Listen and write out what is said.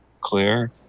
clear